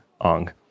Ong